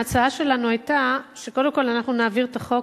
ההצעה שלנו היתה שקודם כול אנחנו נעביר את החוק,